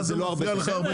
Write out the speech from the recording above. מה זה מפריע לך ה-45 יום?